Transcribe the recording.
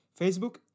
Facebook